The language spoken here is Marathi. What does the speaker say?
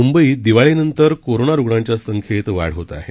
मुंबईत दिवाळीनंतर कोरोना रुग्णांच्या संख्येत वाढ होत आहे